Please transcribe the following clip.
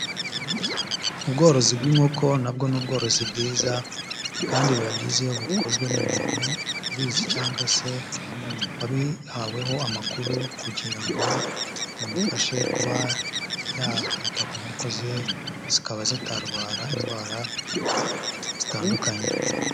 Ubworozi bw'inkoko na bwo ni ubworozi bwiza, kandi biba byiza iyo bukozwe n'umuntu ubizi cyangwa se wabihaweho amakuru, kugira ngo bimufashe kuba yakwita ku nkoko ze zikaba zitarwara indwara zitandukanye.